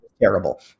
terrible